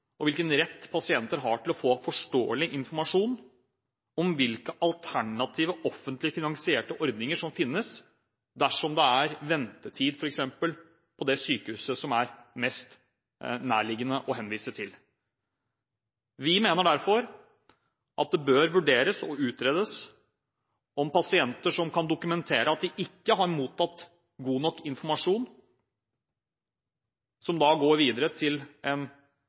og hvilken rett pasienter har til å få forståelig informasjon om hvilke alternative offentlig finansierte ordninger som finnes dersom det er ventetid, f.eks. på det sykehuset som er mest nærliggende å henvise til. Vi mener derfor at det bør vurderes og utredes om pasienter som kan dokumentere at de ikke har mottatt god nok informasjon, som da går videre til en